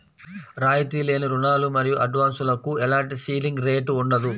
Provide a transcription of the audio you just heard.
రాయితీ లేని రుణాలు మరియు అడ్వాన్సులకు ఎలాంటి సీలింగ్ రేటు ఉండదు